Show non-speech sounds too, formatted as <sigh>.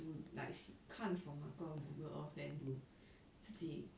to like se~ 看 from 那个 Google earth than you <breath> 自己